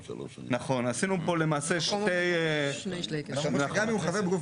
נכון, עשינו פה למעשה שני --- חבר מרכז